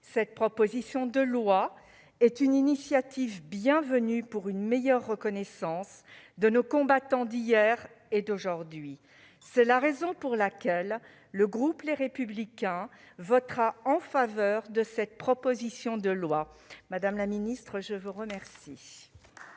Cette proposition de loi est une initiative bienvenue pour une meilleure reconnaissance de nos combattants d'hier et d'aujourd'hui. C'est la raison pour laquelle le groupe Les Républicains votera en faveur de son adoption. La discussion générale